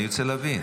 אני רוצה להבין.